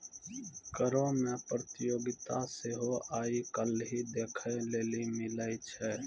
करो मे प्रतियोगिता सेहो आइ काल्हि देखै लेली मिलै छै